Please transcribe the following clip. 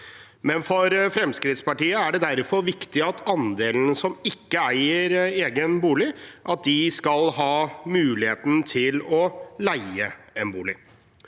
For Fremskrittspartiet er det derfor viktig at andelen som ikke eier egen bolig, skal ha muligheten til å leie en bolig.